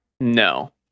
No